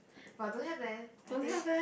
but don't have leh I think